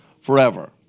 forever